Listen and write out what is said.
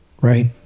Right